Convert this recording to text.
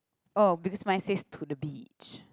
oh because my says to the beach